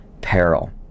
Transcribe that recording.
peril